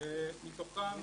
מתוכם